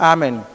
Amen